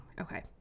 Okay